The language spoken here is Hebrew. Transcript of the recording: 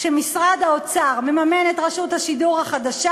כשמשרד האוצר מממן את רשות השידור החדשה,